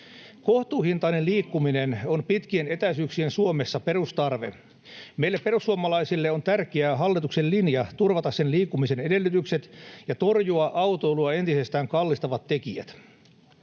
Kohtuuhintainen liikkuminen on pitkien etäisyyksien Suomessa perustarve. Meille perussuomalaisille on tärkeää hallituksen linja turvata sen liikkumisen edellytykset ja torjua autoilua entisestään kallistavat tekijät.